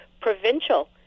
provincial